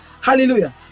Hallelujah